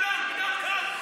באמת, הרגתם בן אדם בדם קר.